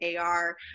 AR